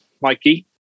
Mikey